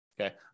Okay